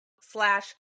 slash